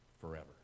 forever